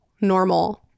normal